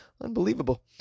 Unbelievable